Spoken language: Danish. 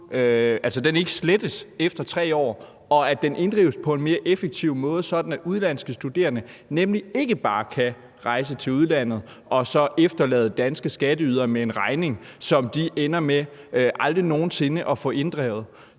su-gælden ikke slettes efter 3 år, og at den inddrives på en mere effektiv måde, sådan at udenlandske studerende ikke bare kan rejse til udlandet og så efterlade danske skatteydere med en regning, der ender med aldrig nogen sinde at blive